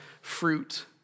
fruit